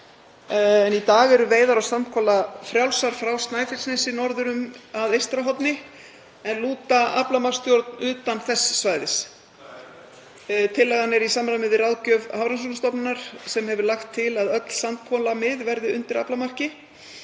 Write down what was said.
en í dag eru veiðar á sandkola frjálsar frá Snæfellsnesi norður um og að Eystrahorni en lúta aflamagnsstjórn utan þess svæðis. Tillagan er í samræmi við ráðgjöf Hafrannsóknastofnunar sem hefur lagt til að öll sandkolamið verði undir aflamarki.